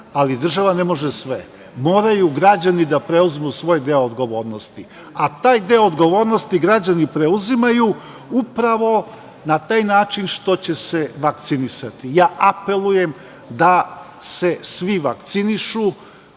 ali država ne može sve, moraju građani da preuzmu svoj deo odgovornosti, a taj deo odgovornosti građani preuzimaju upravo na taj način što će se vakcinisati. Apelujem da se svi vakcinišu.